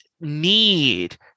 need